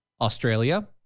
Australia